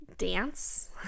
dance